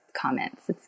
comments